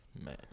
Man